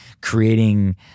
creating